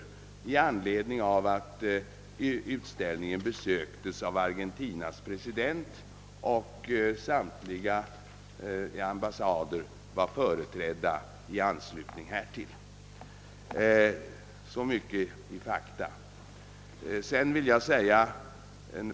Ambassadörens närvaro föranleddes av att utställningen besöktes av Argentinas president, varvid samtliga ambassader var företrädda. Detta är fakta om utställningen.